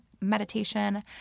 meditation